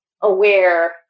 aware